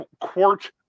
quart